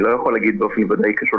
אני לא יכול להגיד באופן ודאי שזה